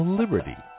liberty